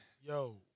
Yo